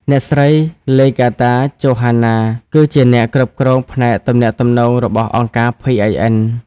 អ្នកស្រី ឡេហ្គាតា ចូហានណា (Legarta Johanna) គឺជាអ្នកគ្រប់គ្រងផ្នែកទំនាក់ទំនងរបស់អង្គការ PIN។